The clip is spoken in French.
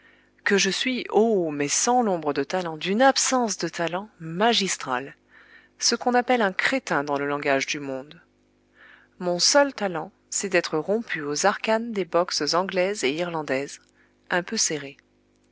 que je suis oh mais sans l'ombre de talent d'une absence de talent magistrale ce qu'on appelle un crétin dans le langage du monde mon seul talent c'est d'être rompu aux arcanes des boxes anglaise et irlandaise un peu serrées